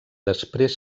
després